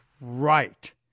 right